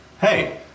Hey